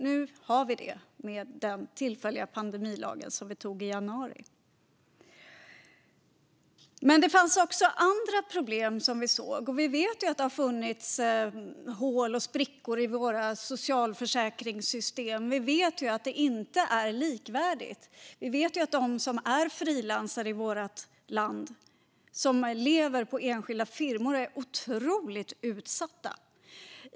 Nu har vi det genom den tillfälliga pandemilag som vi beslutade om i januari. Det finns också andra problem. Vi vet att vårt socialförsäkringssystem har hål och sprickor och att det inte är likvärdigt. Vi vet att frilansare med enskilda firmor är otroligt utsatta.